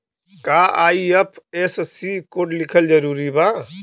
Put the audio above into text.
का IFSC code लिखल जरूरी बा साहब?